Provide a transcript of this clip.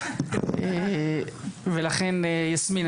יסמין,